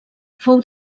fou